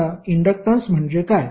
आता इंडक्टन्स म्हणजे काय